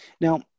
Now